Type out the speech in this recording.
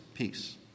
Peace